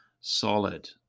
solid